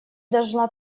должна